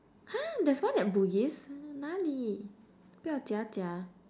!huh! there's one at Bugis 哪里不要假假